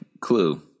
clue